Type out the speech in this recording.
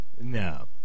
No